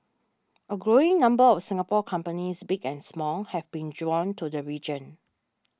a growing number of Singapore companies big and small have been drawn to the region